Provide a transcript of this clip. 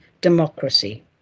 democracy